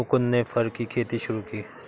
मुकुन्द ने फर की खेती शुरू की